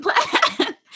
plan